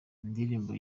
indirimbo